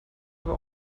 aber